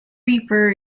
reaper